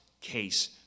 case